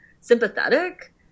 sympathetic